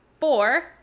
four